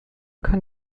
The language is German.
kann